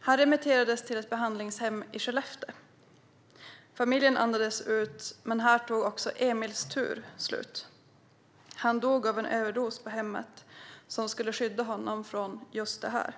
han remitterades till ett behandlingshem i Skellefteå. Familjen andades ut. Men här tog Emils tur slut. Han dog av en överdos på hemmet som skulle skydda honom från just det.